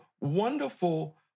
wonderful